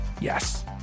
Yes